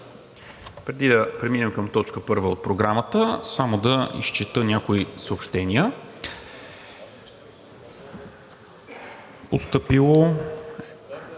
Преди да преминем към т. 1 от Програмата, само да изчета някои съобщения.